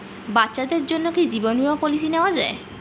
বাচ্চাদের জন্য কি জীবন বীমা পলিসি নেওয়া যায়?